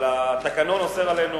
אבל התקנון אוסר עלינו.